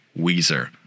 Weezer